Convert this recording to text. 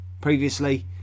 Previously